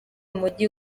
umujyi